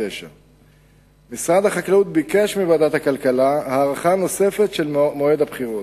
2009. משרד החקלאות ביקש מוועדת הכלכלה הארכה נוספת של מועד הבחירות.